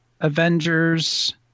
Avengers